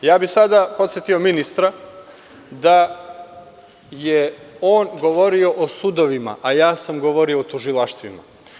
Sada bih podsetio ministra da je on govorio o sudovima, a ja sam govorio o tužilaštvima.